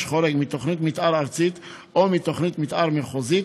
חורג מתוכנית מתאר ארצית או מתוכנית מתאר מחוזית,